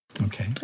Okay